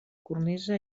cornisa